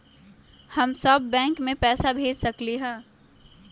हम सब बैंक में पैसा भेज सकली ह?